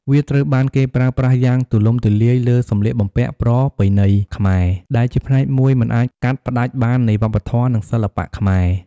វាត្រូវបានគេប្រើប្រាស់យ៉ាងទូលំទូលាយលើសម្លៀកបំពាក់ប្រពៃណីខ្មែរ ដែលជាផ្នែកមួយមិនអាចកាត់ផ្តាច់បាននៃវប្បធម៌ និងសិល្បៈខ្មែរ។